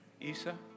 Isa